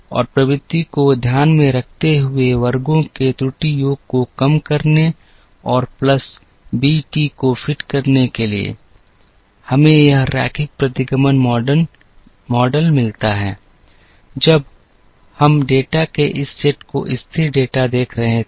और प्रवृत्ति को ध्यान में रखते हुए वर्गों के त्रुटि योग को कम करने और प्लस बी टी को फिट करने के लिए हमें यह रैखिक प्रतिगमन मॉडल मिलता है जब हम डेटा के इस सेट को स्थिर डेटा देख रहे थे